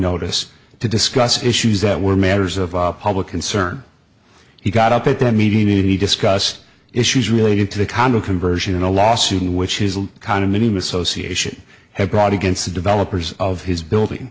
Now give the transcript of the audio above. notice to discuss issues that were matters of public concern he got up at that meeting any discussed issues relating to the condo conversion in a lawsuit which is a condominium association had brought against the developers of his building